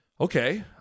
Okay